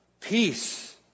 peace